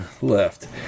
left